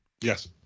yes